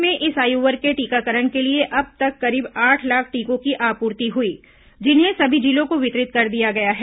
प्रदेश को इस आयु वर्ग के टीकाकरण के लिए अब तक करीब आठ लाख टीकों की आपूर्ति हुई जिन्हें सभी जिलों को वितरित कर दिया गया है